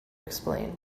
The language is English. explain